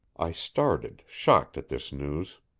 i started, shocked at this news.